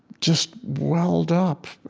just welled up,